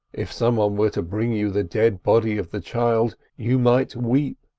if someone were to bring you the dead body of the child, you might weep,